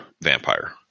Vampire